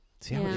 See